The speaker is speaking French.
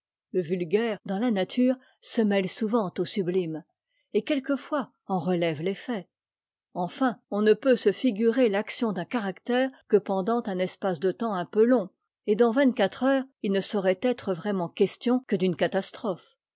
le vulgaire dans la nature se mêle souvent au sublime et quelquefois en relève l'effet enfin on ne peut se figurer l'action d'un caractère que pendant un espace de temps un peu long et dans vingt-quatre heures il ne saurait être vraiment question que d'une catastrophe